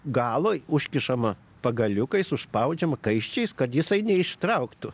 galo užkišama pagaliukais užspaudžiama kaiščiais kad jisai neištrauktų